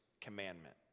commandment